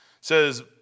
Says